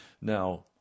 Now